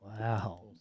Wow